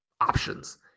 options